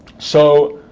so